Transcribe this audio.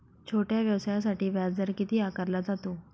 छोट्या व्यवसायासाठी व्याजदर किती आकारला जातो?